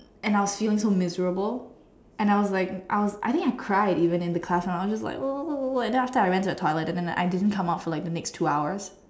and I was feeling so miserable and I was like I was I think I cried even in the classroom I was just like and then after I went to the toilet and then I didn't come out for the next two hours